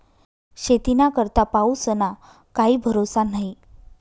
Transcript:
शेतीना करता पाऊसना काई भरोसा न्हई